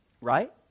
right